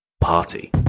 party